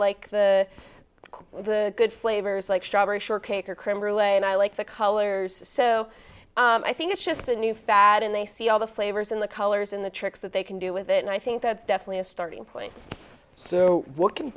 like the good flavors like strawberry shortcake or crim really and i like the colors so i think it's just a new fad and they see all the flavors and the colors in the tricks that they can do with it and i think that's definitely a starting point so w